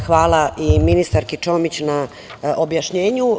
Hvala i ministarki Čomić na objašnjenju.